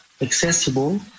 accessible